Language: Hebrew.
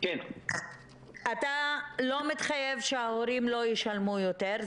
אתה לא מתחייב שההורים לא ישלמו יותר,